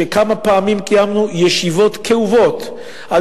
וכמה פעמים קיימנו בה ישיבות כאובות על